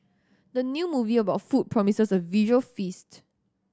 the new movie about food promises a visual feast